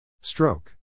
Stroke